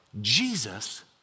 Jesus